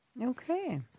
okay